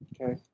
okay